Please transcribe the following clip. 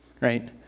right